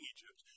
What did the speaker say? Egypt